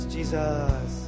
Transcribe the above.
Jesus